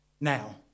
Now